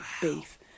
beef